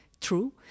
true